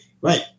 right